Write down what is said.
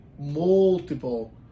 Multiple